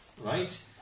right